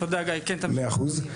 מאה אחוז.